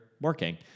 working